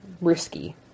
risky